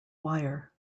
wire